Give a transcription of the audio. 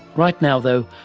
right now though,